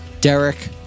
Derek